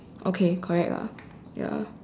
okay correct lah ya